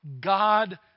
God